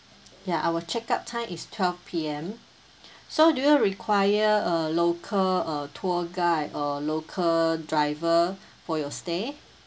ya our checkout time is twelve P_M so do you require a local uh tour guide or local driver for your stay